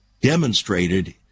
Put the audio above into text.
demonstrated